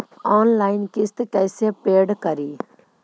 Online किस्त कैसे paid करि?